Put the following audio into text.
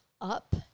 up